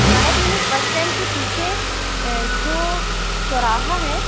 हमारा clinic bus stand के पीछे जो चौराहा है